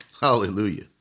hallelujah